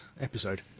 episode